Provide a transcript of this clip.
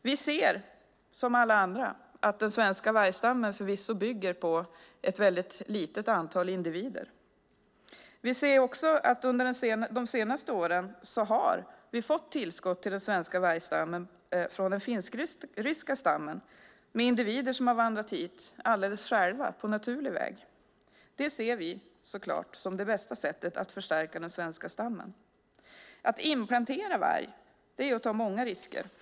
Vi ser, som alla andra, att den svenska vargstammen förvisso bygger på ett väldigt litet antal individer. Vi ser också att under de senaste åren har vi fått tillskott till den svenska vargstammen från den finsk-ryska stammen med individer som har vandrat hit alldeles själva på naturlig väg. Det ser vi så klart som det bästa sättet att förstärka den svenska stammen. Att inplantera varg är att ta många risker.